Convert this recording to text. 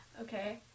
Okay